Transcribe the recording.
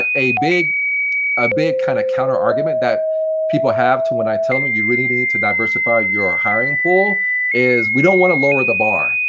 ah a big ah big kind of counterargument that people have to when i tell them you really need to diverseify your hiring pool is we don't want to lower the bar.